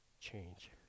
change